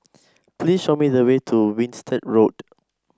please show me the way to Winstedt Road